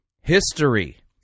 history